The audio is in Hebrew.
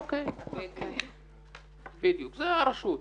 אוקיי, זה הרשות.